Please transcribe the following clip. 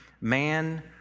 man